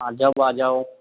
अहाँ जब आ जाउ